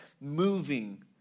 moving